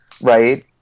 right